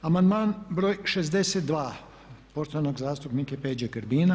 Amandman br. 62. poštovanog zastupnika Peđe Grbina.